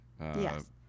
Yes